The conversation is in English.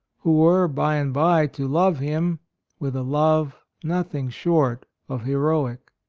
who were by and by to love him with a love nothing short of heroic.